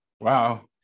Wow